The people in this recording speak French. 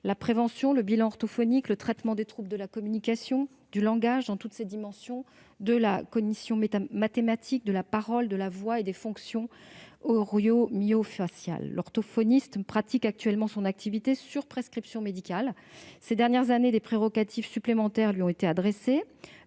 la prévention, le bilan orthophonique et le traitement des troubles de la communication et du langage dans toutes leurs dimensions- cognition mathématique, parole, voix, fonctions oro-myo-faciales. L'orthophoniste pratique actuellement son activité sur prescription médicale. Ces dernières années, des prérogatives supplémentaires lui ont été reconnues.